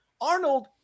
Arnold